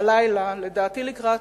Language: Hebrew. בלילה, לדעתי לקראת